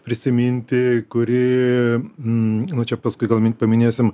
prisiminti kuri nu čia paskui galbūt paminėsim